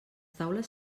taules